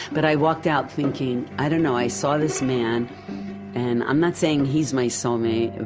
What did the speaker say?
but i walked out thinking, i dunno, i saw this man and i'm not saying he's my soulmate and